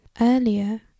Earlier